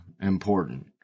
important